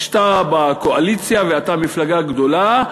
כשאתה בקואליציה ואתה מפלגה גדולה,